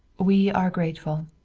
we are grateful.